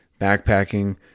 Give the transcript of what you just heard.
backpacking